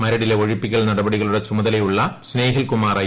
മരടിലെ ഒഴിപ്പിക്കൽ നടപടികളുടെ ചുമതലയുള്ള സ്നേഹിൽ കുമാർ ഐ